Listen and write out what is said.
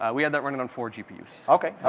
ah we had that running on four gpu's. okay.